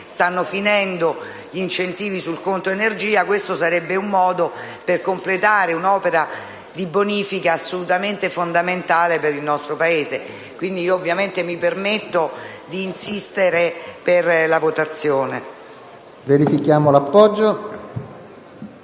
Stanno terminando gli incentivi sul conto energia e questo sarebbe un modo per completare un’opera di bonifica assolutamente fondamentale per il nostro Paese. Per questo mi permetto di insistere per la votazione. PRESIDENTE. Invito il